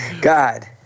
God